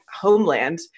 homeland